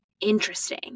interesting